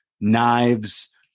knives